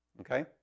okay